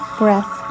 breath